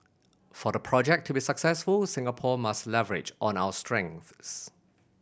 for the project to be successful Singapore must leverage on our strengths